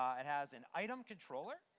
it has an item controller.